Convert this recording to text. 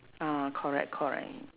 ah correct correct